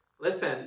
Listen